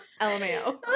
LMAO